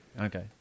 Okay